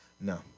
No